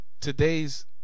today's